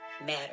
matter